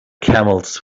camels